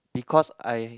because I